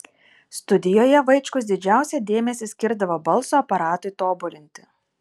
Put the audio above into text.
studijoje vaičkus didžiausią dėmesį skirdavo balso aparatui tobulinti